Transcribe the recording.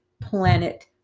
planet